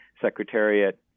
secretariat